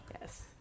Yes